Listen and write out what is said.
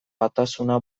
batasuna